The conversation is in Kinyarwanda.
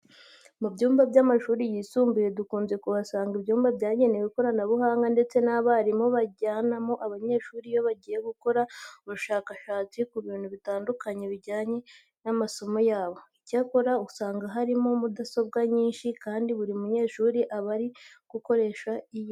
Mu bigo by'amashuri yisumbuye dukunze kuhasanga ibyumba byagenewe ikoranabuhanga ndetse abarimu bajyanamo abanyeshuri iyo bagiye gukora ubushakashatsi ku bintu bitandukanye bijyanye n'amasomo yabo. Icyakora, usanga harimo mudasobwa nyinshi kandi buri munyeshuri aba ari gukoresha iye.